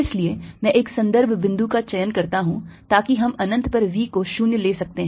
इसलिए मैं एक संदर्भ बिंदु का चयन करता हूं ताकि हम अनंत पर V को 0 ले सकते हैं